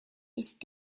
ist